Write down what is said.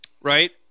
Right